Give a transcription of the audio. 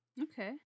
Okay